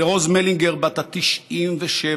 רוז מלינגר בת ה-97,